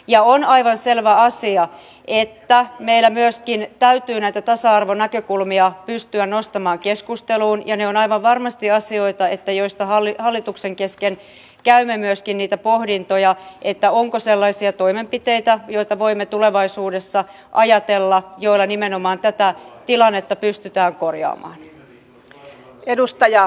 ja on aivan selvä asia että meidän täytyy myöskin näitä tasa arvonäkökulmia pystyä nostamaan keskusteluun ja ne ovat aivan varmasti asioita joista hallituksen kesken käymme myöskin niitä pohdintoja onko sellaisia toimenpiteitä joista voimme ajatella että tulevaisuudessa niillä nimenomaan tätä tilannetta pystytään korjaamaan